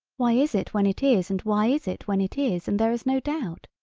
why is it when it is and why is it when it is and there is no doubt,